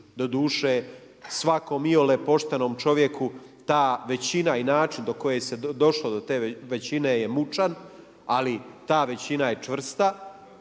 Doduše svakome iole poštenom čovjeku ta većina i način do koje se došlo do te većine je mučan, ali ta većina je čvrsta.